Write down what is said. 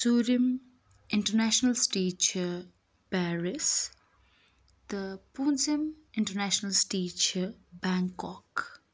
ژوٗرِم international city چھِ Paris تہٕ پوٗنٛژِم اِنٛٹَرنیشنَل سِٹی چھِ بٮ۪نٛکاک